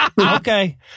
Okay